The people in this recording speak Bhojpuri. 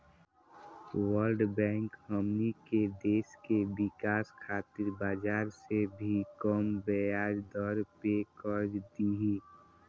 वर्ल्ड बैंक हमनी के देश के विकाश खातिर बाजार से भी कम ब्याज दर पे कर्ज दिही